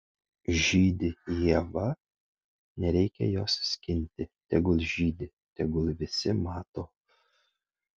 žydi ieva nereikia jos skinti tegul žydi tegul visi mato